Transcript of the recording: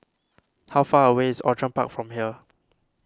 how far away is Outram Park from here